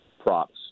props